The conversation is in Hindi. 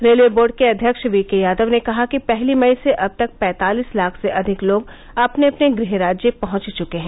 रेलवे बोर्ड के अध्यक्ष वीके यादव ने कहा कि पहली मई से अब तक पैंतालिस लाख से अधिक लोग अपने अपने गृह राज्य पहंच चुके हैं